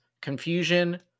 Confusion